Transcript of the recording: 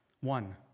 One